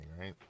right